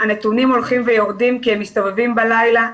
הנתונים הולכים ויורדים כי הם מסתובבים בלילה,